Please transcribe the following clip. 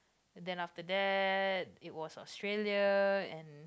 then after that it was Australia and